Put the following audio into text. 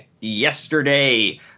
yesterday